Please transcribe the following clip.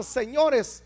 señores